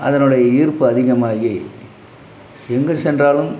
அதனுடைய ஈர்ப்பு அதிகமாகி எங்கு சென்றாலும்